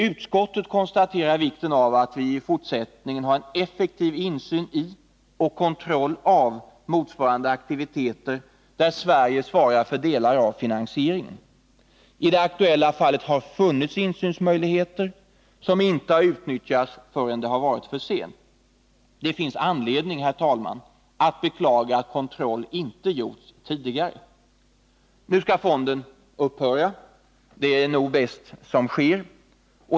Utskottet konstaterar vikten av att vi i fortsättningen har en effektiv insyn i och kontroll av aktiviteter där Sverige svarar för delar av finansieringen. I det aktuella fallet har det funnits insynsmöjligheter, som inte har utnyttjats 145 förrän det har varit för sent. Det finns, herr talman, all anledning att beklaga att kontroll inte gjorts tidigare. Nu skall fonden upphöra. Det är nog bäst att så sker.